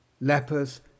Lepers